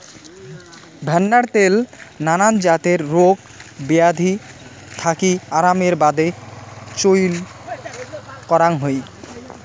ভেন্নার ত্যাল নানান জাতের রোগ বেয়াধি থাকি আরামের বাদে চইল করাং হই